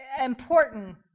important